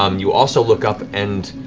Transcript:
um you also look up and.